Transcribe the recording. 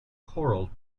corals